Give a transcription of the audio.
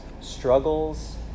struggles